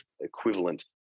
equivalent